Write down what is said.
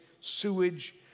sewage